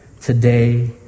today